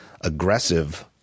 aggressive